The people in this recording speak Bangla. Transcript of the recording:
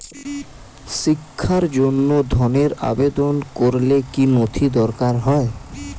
শিক্ষার জন্য ধনের আবেদন করলে কী নথি দরকার হয়?